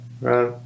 right